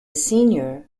senior